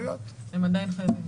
אבל הם עדיין חייבים.